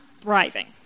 thriving